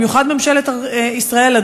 במיוחד ממשלת ישראל,